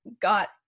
got